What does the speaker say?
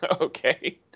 Okay